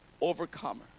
overcomer